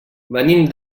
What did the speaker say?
venim